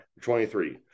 23